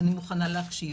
ואני מוכנה להקשיב,